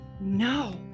no